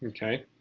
ok.